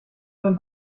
dein